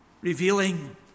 Revealing